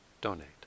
donate